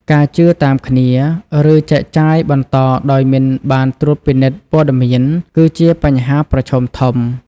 ការ ជឿតាមគ្នា ឬចែកចាយបន្តដោយមិនបានត្រួតពិនិត្យ ព័ត៌មាន គឺជាបញ្ហាប្រឈមធំ។